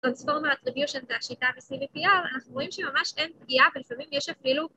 Transformer, Attribution והשיטה ב-CVPR אנחנו רואים שממש אין פגיעה ולפעמים יש אפילו